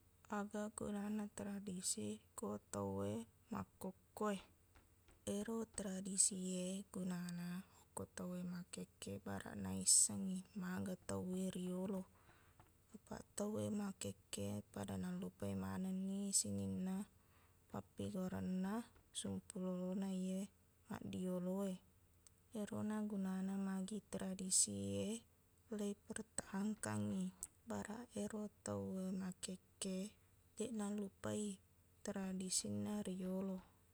Aga gunana tradisi ko tauwe makkukkuwe ero tradisi e gunana ko tauwe makkekke baraq naissengngi maga tauwe riyolo apaq tauwe makkekke pada nallupai manenni sininna appegorenna sempu lolona iye maddiyolo e erona gunana magi tradisi e leipertahankangngi baraq ero tauwe makkekke deq nallupai tradisinna riyolo